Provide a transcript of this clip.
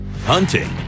Hunting